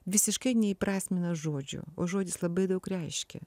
visiškai neįprasmina žodžių o žodis labai daug reiškia